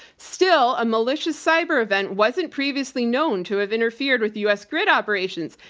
still, a malicious cyber event wasn't previously known to have interfered with u. s. grid operations,